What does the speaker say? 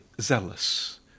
zealous